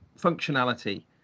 functionality